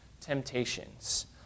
temptations